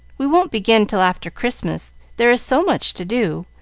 we won't begin till after christmas there is so much to do,